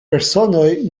personoj